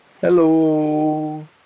Hello